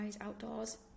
outdoors